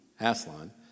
Aslan